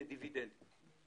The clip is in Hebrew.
כדיבידנד.